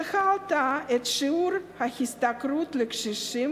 שהעלתה את שיעור ההשתכרות לקשישים